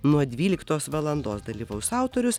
nuo dvyliktos valandos dalyvaus autorius